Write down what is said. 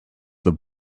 that